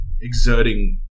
exerting